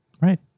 right